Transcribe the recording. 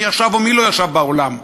מי ישב ומי לא ישב באולם,